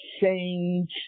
change